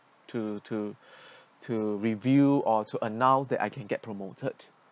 to to to review or to announce that I can get promoted